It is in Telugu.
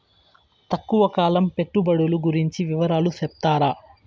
తక్కువ కాలం పెట్టుబడులు గురించి వివరాలు సెప్తారా?